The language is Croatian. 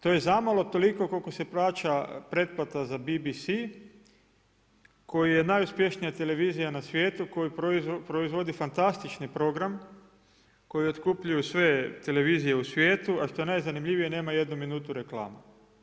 To je zamalo toliko koliko se plaća pretplata za BBC koji je najuspješnija televizija na svijetu koja proizvodi fantastični program, koji otkupljuju sve televizije u svijetu a što je najzanimljivije, nema jednu minutu reklama.